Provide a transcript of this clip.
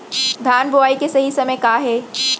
धान बोआई के सही समय का हे?